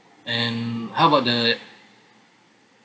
and how about the